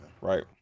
right